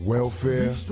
Welfare